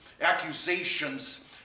accusations